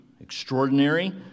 extraordinary